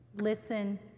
Listen